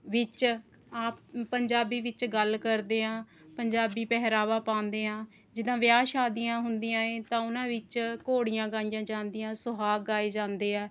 ਵਿੱਚ ਆਪ ਪੰਜਾਬੀ ਵਿੱਚ ਗੱਲ ਕਰਦੇ ਆ ਪੰਜਾਬੀ ਪਹਿਰਾਵਾ ਪਾਉਂਦੇ ਆ ਜਿੱਦਾਂ ਵਿਆਹ ਸ਼ਾਦੀਆਂ ਹੁੰਦੀਆਂ ਹੈ ਤਾਂ ਉਹਨਾਂ ਵਿੱਚ ਘੋੜੀਆਂ ਗਾਈਆਂ ਜਾਂਦੀਆਂ ਸੁਹਾਗ ਗਾਏ ਜਾਂਦੇ ਹੈ